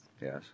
Yes